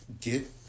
get